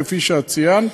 כפי שאת ציינת.